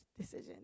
decision